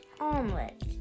omelet